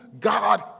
God